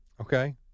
Okay